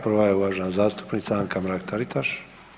Prva je uvažena zastupnica Anka Mrak Taritaš.